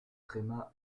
tréma